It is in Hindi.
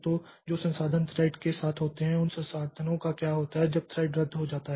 तो जो संसाधन थ्रेड के साथ होते हैं उन संसाधनों का क्या होता है जब थ्रेड रद्द हो जाता है